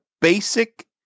basic